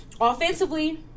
Offensively